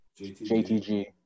jtg